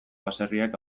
baserriek